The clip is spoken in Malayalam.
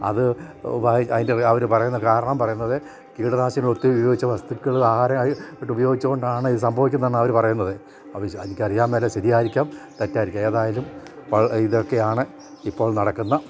അത് അതിൻ്റെ അവർ പറയുന്ന കാരണം പറയുന്നത് കീടനാശിന ഒത്തിരി ഉപയോഗിച്ച വസ്തുക്കള് ആഹാരമായിട്ടു ഉപയോഗിച്ചു കൊണ്ടാണ് ഇത് സംഭവിക്കുന്നത് തന്നെ അവർ പറയുന്നത് അ എനിക്കറിയാമേല ശരിയായിരിക്കാം തെറ്റായിരിക്കും ഏതായാലും ഇതൊക്കെയാണ് ഇപ്പോൾ നടക്കുന്നത്